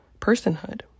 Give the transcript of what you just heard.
personhood